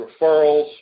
referrals